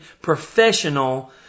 professional